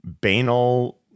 banal